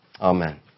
Amen